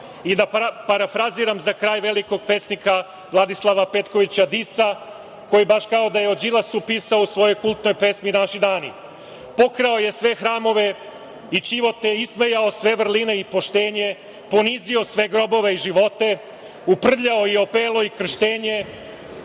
Da parafraziram za kraj velikog pesnika Vladislava Petkovića Disa, koji baš kao da je o Đilasu pisao u svojoj kultnoj pesmi „Naši dani“ – pokrao je sve hramove i ćivote, ismejao sve vrline i poštenje, ponizio sve grobove i živote, uprljao i opelo i krštenje,